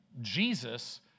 Jesus